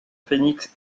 phénix